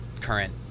current